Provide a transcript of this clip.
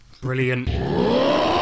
brilliant